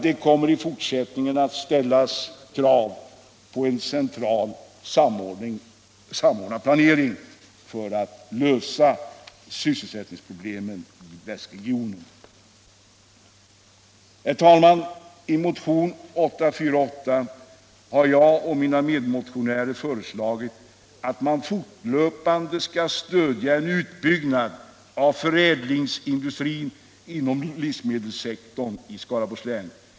Det kommer i fortsättningen att ställas krav på en centralt samordnad planering för att lösa sysselsättningsproblemen i västregionen. Herr talman! I motionen 848 har jag och mina medmotionärer föreslagit att man fortlöpande skall stödja en utbyggnad av förädlingsindustrin inom livsmedelssektorn i Skaraborgs län.